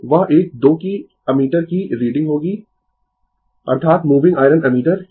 तो वह एक 2 की एमीटर की रीडिंग होगी अर्थात मूविंग आयरन एमीटर